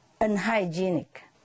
unhygienic